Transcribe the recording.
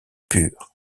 pure